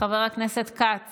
חברת הכנסת שרן השכל,